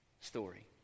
story